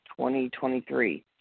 2023